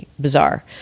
bizarre